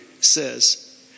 says